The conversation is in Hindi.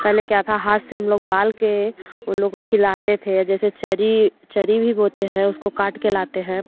पहले क्या था हाथ से हम लोग बाल कर उन लोग को खिलाते थे जैसे चरी चरी भी बोते हैं उसको काट कर लाते हैं